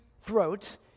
throats